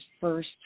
first